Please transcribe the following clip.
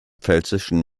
pfälzischen